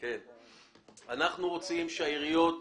אנחנו רוצים שהעיריות